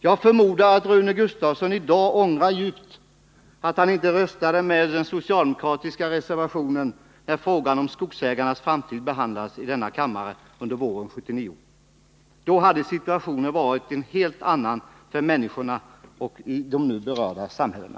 Jag förmodar att Rune Gustavsson i dag djupt ångrar att han inte röstade på den socialdemokratiska reservationen när frågan om Södra Skogsägarnas framtid under våren 1979 behandlades i denna kammare. Om reservationen hade vunnit, hade situationen varit en helt annan för människorna och i de nu berörda samhällena.